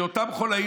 ואותם חוליים,